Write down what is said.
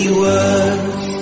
words